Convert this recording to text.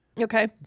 Okay